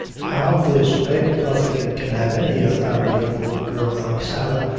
how this red ruffian can have any authority over a girl like sarah,